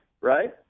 right